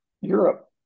Europe